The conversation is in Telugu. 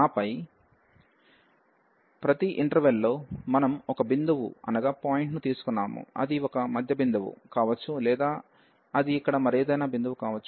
ఆపై ప్రతి ఇంటర్వెల్ లో మనం ఒక బిందువు ను తీసుకున్నాము అది ఒక మధ్య బిందువు కావచ్చు లేదా అది ఇక్కడ మరేదైనా బిందువు కావచ్చు